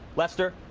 lester?